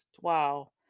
Wow